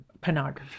pornography